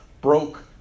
broke